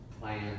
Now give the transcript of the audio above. plan